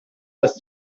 als